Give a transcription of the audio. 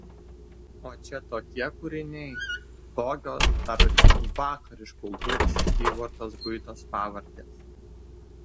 o čia tokie kūriniai tokios dar vakar iš kultūros apyvartos guitos pavardės